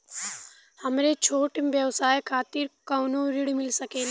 हमरे छोट व्यवसाय खातिर कौनो ऋण मिल सकेला?